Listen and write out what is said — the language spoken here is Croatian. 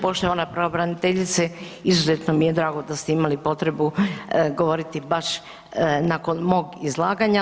Poštovana pravobraniteljice, izuzetno mi je drago da ste imali potrebu govoriti baš nakon mog izlaganja.